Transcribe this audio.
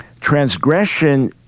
Transgression